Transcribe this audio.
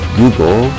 Google